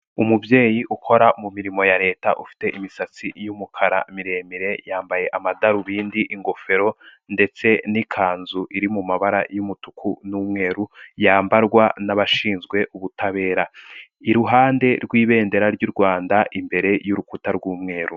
Umubyeyi ukora mu mirimo ya leta, ufite imisatsi y'umukara miremire, yambaye amadarubindi, ingofero, ndetse n'ikanzu iri mu mabara y'umutuku n'umweru, yambarwa n'abashinzwe ubutabera, iruhande rw'ibendera ry'u Rwanda imbere y'urukuta rw'umweru.